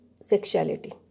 sexuality